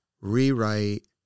rewrite